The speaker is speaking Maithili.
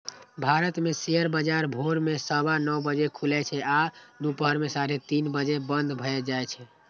भारत मे शेयर बाजार भोर मे सवा नौ बजे खुलै छै आ दुपहर मे साढ़े तीन बजे बंद भए जाए छै